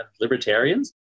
libertarians